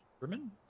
German